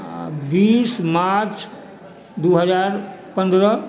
बीस मार्च दू हजार पन्द्रह